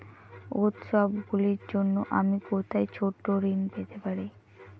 উত্সবগুলির জন্য আমি কোথায় ছোট ঋণ পেতে পারি?